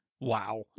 Wow